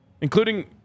including